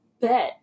Bet